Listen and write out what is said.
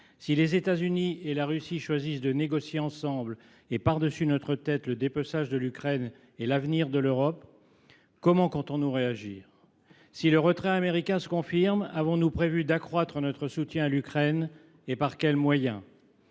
Si les États Unis et la Russie choisissent de négocier ensemble et par dessus notre tête le dépeçage de l’Ukraine et l’avenir de l’Europe, comment comptons nous réagir ? Si le retrait américain se confirme, avons nous prévu d’accroître notre soutien à l’Ukraine, et par quels moyens ?